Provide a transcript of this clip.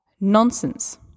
Nonsense